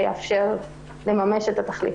שיאפשר לממש את התכלית.